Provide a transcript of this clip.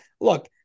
look